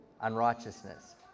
unrighteousness